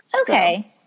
Okay